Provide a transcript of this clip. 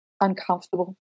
uncomfortable